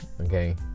okay